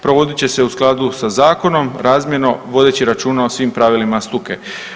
Provodit će se u skladu sa zakonom razmjerno vodeći računa o svim pravilima struke.